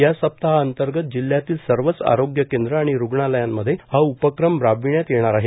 या सप्ताहांतर्गत जिल्हयातील सर्वच आरोग्य केंद्र आणि रुग्णालयांमध्ये हा उपक्रम राबविण्यात येणार आहे